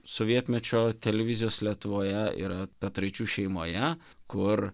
sovietmečio televizijos lietuvoje yra petraičių šeimoje kur